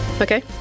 Okay